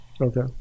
Okay